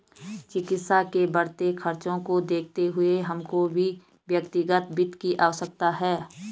चिकित्सा के बढ़ते खर्चों को देखते हुए हमको भी व्यक्तिगत वित्त की आवश्यकता है